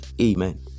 Amen